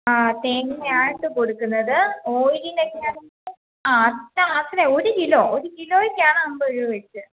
ആ തേങ്ങായാട്ട് കൊടുക്കുന്നത് ഓയിലിനൊക്കെ ആണെങ്കിൽ ആ അതന്നെ അതന്നെ ഒരു കിലോ ഒരു കിലോയ്ക്കാണ് അൻപത് രൂപ വെച്ച്